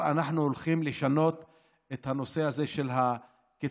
ואמר: אנחנו הולכים לשנות את הנושא הזה של הקצבאות.